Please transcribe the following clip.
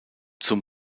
zum